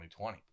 2020